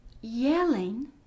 yelling